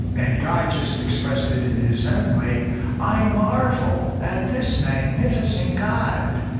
and guy just expressed it in his own way i marvel at this magnificent god.